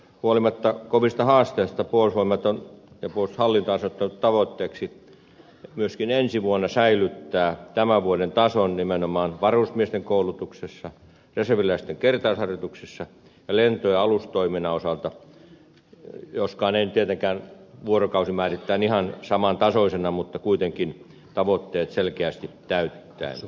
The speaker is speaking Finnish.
huolimatta kovista haasteista puolustusvoimat ja puolustushallinto on asettanut tavoitteeksi myöskin ensi vuonna säilyttää tämän vuoden taso nimenomaan varusmiesten koulutuksessa reserviläisten kertausharjoituksissa ja lento ja alustoiminnan osalta joskaan ei nyt tietenkään vuorokausimäärittäin ihan saman tasoisina mutta kuitenkin tavoitteet selkeästi täyttäen